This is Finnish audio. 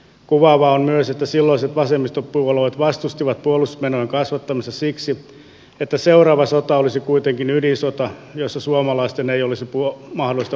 kuvaavaa on myös että silloiset vasemmistopuolueet vastustivat puolustusmenojen kasvattamista siksi että seuraava sota olisi kuitenkin ydinsota jossa suomalaisten ei olisi mahdollista puolustaa itseään